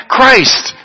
Christ